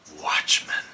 watchmen